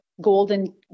golden